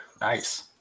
nice